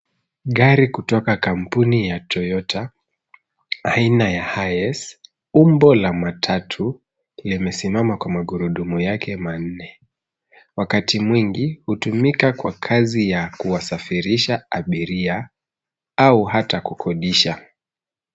Gari kutoka kampuni ya Toyota, aina ya Hiace, umbo la matatu, limesimama kwa magurudumu yake manne. Wakati mwingi , hutumika kwa kazi ya kuwasafirisha abiria au hata kukodisha.